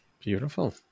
Beautiful